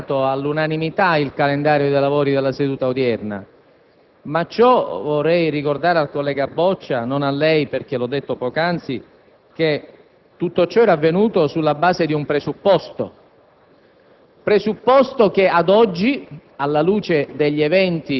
il fatto che la Conferenza dei Capigruppo ieri avesse deliberato all'unanimità il calendario dei lavori della seduta odierna. Tutto ciò - vorrei ricordare al collega Boccia, non a lei, perché l'ho detto poc'anzi - era avvenuto sulla base di un presupposto